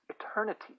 eternity